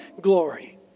glory